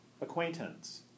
acquaintance